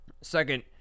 Second